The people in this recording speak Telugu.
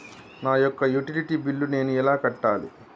నా యొక్క యుటిలిటీ బిల్లు నేను ఎలా కట్టాలి?